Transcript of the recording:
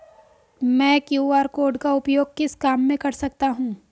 मैं QR code का उपयोग किस काम में कर सकता हूं?